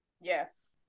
Yes